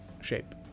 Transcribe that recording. shape